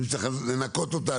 ואם צריך לנקות אותה,